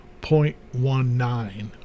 0.19